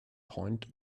point